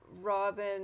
Robin